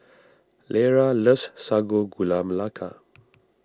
Lera loves Sago Gula Melaka